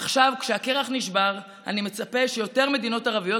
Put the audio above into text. עכשיו שהקרח נשבר אני מצפה שיותר מדינות ערביות